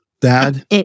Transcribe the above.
dad